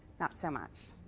not so much.